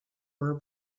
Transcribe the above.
were